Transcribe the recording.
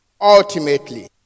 ultimately